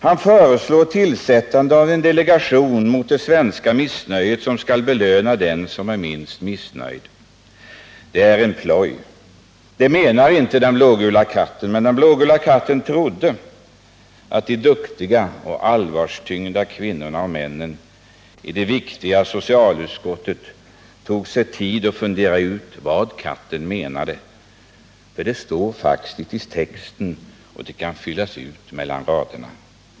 Han föreslår tillsättande av en delegation mot det svenska missnöjet, som skall belöna dem som är minst missnöjda. Det är en ploj — det menar inte den blågula katten. Men den blågula katten trodde att de duktiga och allvarstyngda kvinnorna och männen i det viktiga socialutskottet skulle ta sig tid att fundera ut vad katten menade — för det står faktiskt i texten och det kan läsas ut mellan raderna.